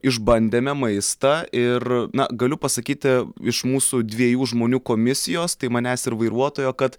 išbandėme maistą ir na galiu pasakyti iš mūsų dviejų žmonių komisijos tai manęs ir vairuotojo kad